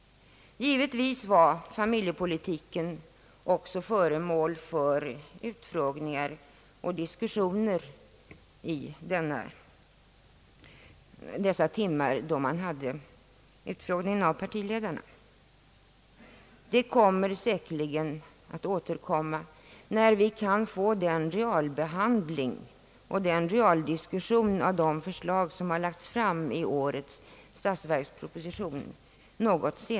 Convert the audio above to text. Givetvis var även familjepolitiken föremål för diskussioner under de timmar då utfrågningen av partiledarna pågick. Diskussionerna kommer säkerligen att återkomma, när vi något senare i vår kan få en realbehandling av de förslag som har lagts fram i årets statsverksproposition.